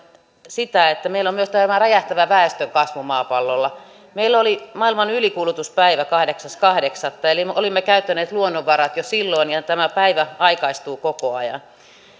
sitä että meillä on myös tämä räjähtävä väestönkasvu maapallolla meillä oli maailman ylikulutuspäivä kahdeksas kahdeksatta eli olimme käyttäneet luonnonvarat jo silloin ja tämä päivä aikaistuu koko ajan